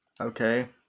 Okay